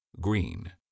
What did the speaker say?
Green